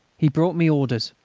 he brought me orders.